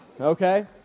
okay